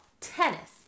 tennis